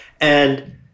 And-